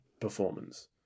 performance